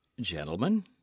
gentlemen